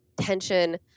tension